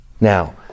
Now